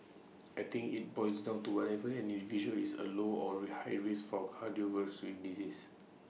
I think IT boils down to whether an individual is at low or ray high risk for cardiovascular in disease